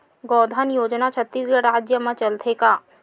गौधन योजना छत्तीसगढ़ राज्य मा चलथे का?